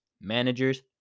managers